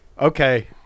Okay